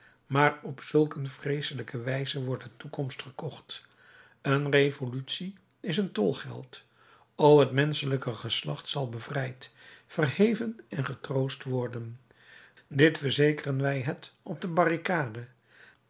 maar op zulk een vreeselijke wijze wordt de toekomst gekocht een revolutie is een tolgeld o het menschelijke geslacht zal bevrijd verheven en getroost worden dit verzekeren wij het op deze barricade